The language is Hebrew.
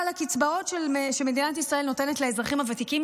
אבל הקצבאות שמדינת ישראל נותנת לאזרחים הוותיקים